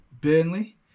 burnley